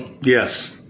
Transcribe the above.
Yes